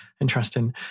interesting